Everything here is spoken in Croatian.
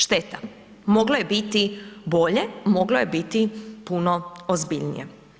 Šteta, moglo je biti bolje, moglo je biti puno ozbiljnije.